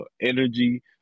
energy